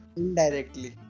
indirectly